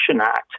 Act